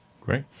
Great